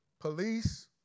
police